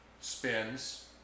spins